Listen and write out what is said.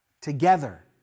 Together